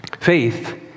faith